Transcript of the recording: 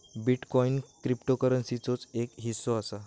bitcoin क्रिप्टोकरंसीचोच एक हिस्सो असा